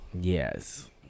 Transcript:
Yes